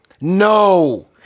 No